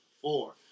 four